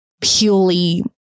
purely